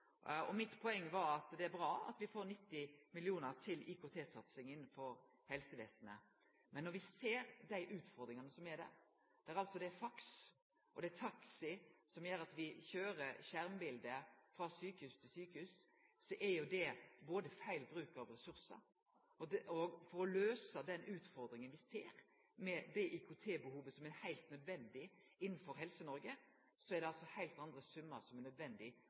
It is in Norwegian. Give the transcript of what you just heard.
Mitt poeng var at det er bra at ein får 90 mill. kr til IKT-satsing innanfor helsevesenet. Men når me ser dei utfordringane som er der – det blir brukt faks og det er taxi som køyrer skjermbilete frå sjukehus til sjukehus – er det feil bruk av ressursar. For å løyse den utfordringa vi ser, med det IKT-behovet som er heilt nødvendig i Helse-Noreg, er det heilt andre summar som er nødvendig